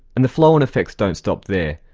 and the flow-on effects don't stop there.